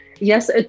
Yes